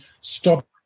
stop